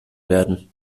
werden